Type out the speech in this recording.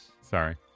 Sorry